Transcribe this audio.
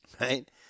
Right